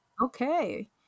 okay